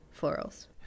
Florals